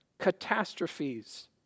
catastrophes